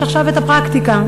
יש עכשיו את הפרקטיקה.